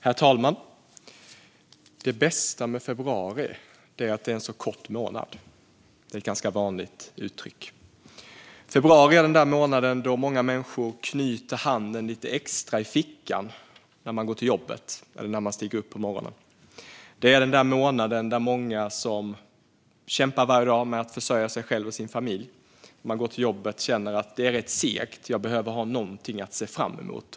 Herr talman! Det bästa med februari är att det är en kort månad. Det är ett ganska vanligt uttryck. Februari är den månad då många människor knyter handen lite extra i fickan när de går till jobbet eller när de stiger upp på morgonen. Det är den månaden då många som varje dag kämpar med att försörja sig själva och sina familjer går till jobbet och känner att det är rätt segt. Man behöver någonting att se fram emot.